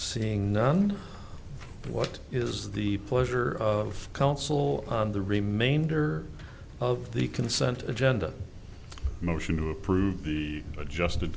seeing none but what is the pleasure of council on the remainder of the consent agenda motion to approve the adjusted